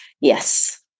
Yes